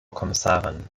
kommissarin